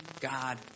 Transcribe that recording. God